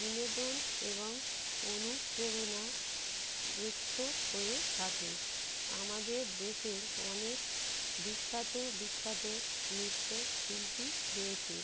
বিনোদন এবং অনুপ্রেরণা উৎস হয়ে থাকে আমাদের দেশের অনেক বিখ্যাত বিখ্যাত নৃত্যশিল্পী রয়েছে